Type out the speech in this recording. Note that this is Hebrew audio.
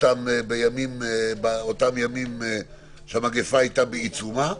אותן באותם ימים שהמגפה הייתה בעיצומה.